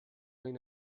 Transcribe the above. این